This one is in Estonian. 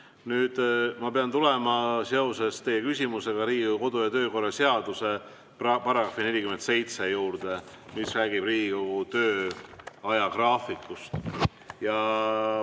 Nüüd, ma pean tulema seoses teie küsimusega Riigikogu kodu- ja töökorra seaduse § 47 juurde, mis räägib Riigikogu tööaja graafikust.